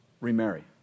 remarry